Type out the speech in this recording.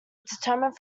determined